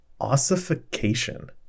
ossification